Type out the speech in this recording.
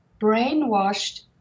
brainwashed